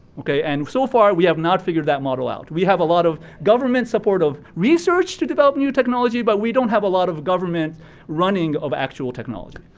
okay, and so far, we have not figured that model out. we have a lot of government support of research to develop new technology, but we don't have a lot of government running the actual technology.